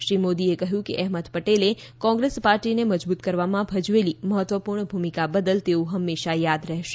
શ્રી મોદીએ કહ્યું કે અહેમદ પટેલે ક્રેંગ્રેસ પાર્ટીને મજબુત કરવામાં ભજવેલી મહત્વપુર્ણ ભૂમિકા બદલ તેઓ હંમેશા યાદ રહેશે